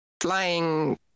flying